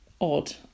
odd